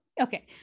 Okay